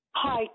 Hi